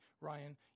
Ryan